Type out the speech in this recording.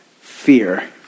Fear